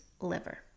liver